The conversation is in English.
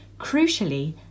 Crucially